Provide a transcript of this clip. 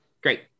Great